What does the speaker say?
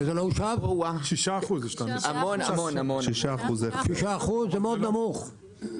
6%. 6% זה מאוד נמוך.